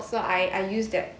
so I I use that